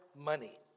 money